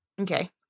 okay